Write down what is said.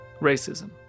Racism